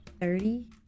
thirty